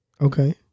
Okay